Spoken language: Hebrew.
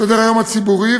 סדר-היום הציבורי,